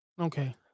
Okay